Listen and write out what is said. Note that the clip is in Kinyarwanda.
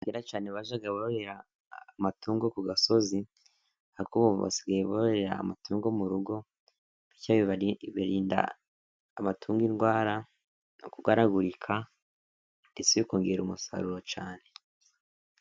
Kera cyane, bajyaga barorera amatungo ku gasozi, ariko ubu basigaye bororera amatungo mu rugo. Bityo, birinda amatungo indwara no kurwaragurika, ndetse bikongera umusaruro cyane.